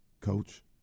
coach